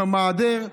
עם המעדר.